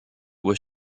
was